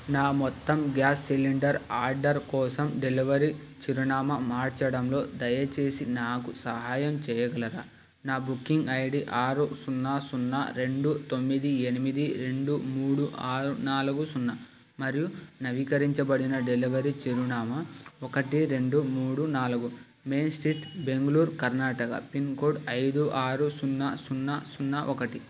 నా మొత్తం gas cylinder order కోసం డెలివరీ చిరునామా మార్చడంలో దయచేసి నాకు సహాయం చెయ్యగలరా నా బుకింగ్ ఐడి ఆరు సున్నా సున్నా రెండు తొమ్మిది ఎనిమిది రెండు మూడు ఆరు నాలుగు సున్నా మరియు నవీకరించబడిన డెలివరీ చిరునామా ఒకటి రెండు మూడు నాలుగు main street Bengaluru Karnataka pin code ఐదు ఆరు సున్నా సున్నా సున్నా ఒకటి